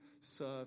serve